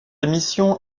émission